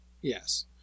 Yes